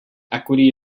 equity